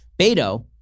Beto